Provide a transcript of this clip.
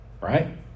right